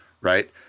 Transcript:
right